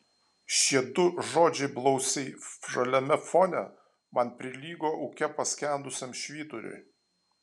šie du žodžiai blausiai žaliame fone man prilygo ūke paskendusiam švyturiui